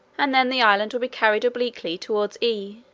and then the island will be carried obliquely towards e